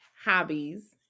hobbies